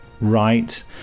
right